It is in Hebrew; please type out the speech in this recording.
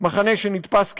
מחנה שנתפס כמובס,